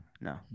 no